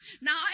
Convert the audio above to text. Now